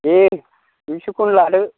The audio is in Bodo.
दे दुइस'खौनो लादो